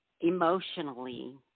emotionally